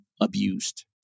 abused